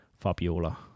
Fabiola